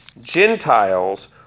Gentiles